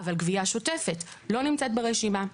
אבל גבייה שוטפת לא נמצאת ברשימה.